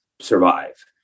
survive